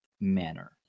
manner